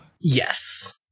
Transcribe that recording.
yes